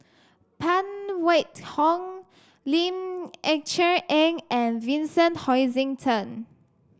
Phan Wait Hong Ling Eng Cher Eng and Vincent Hoisington